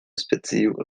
specio